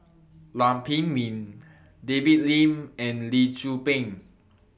Lam Pin Min David Lim and Lee Tzu Pheng